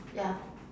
yeah